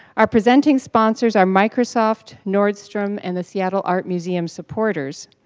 our presenting sponsors are microsoft, nordstrom, and the seattle art museum supporters.